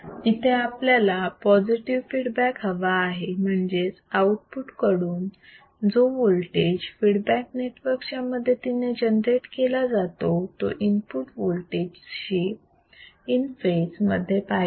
येथे आपल्याला positive feedback हवा आहे म्हणजेच आउटपुट कडून जो वोल्टेज फीडबॅक नेटवर्क च्या मदतीने जनरेट केला जातो तो इनपुट वोल्टेज शी इन फेज मध्ये पाहिजे